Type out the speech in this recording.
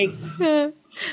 Thanks